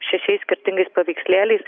šešiais skirtingais paveikslėliais